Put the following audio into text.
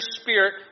spirit